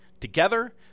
together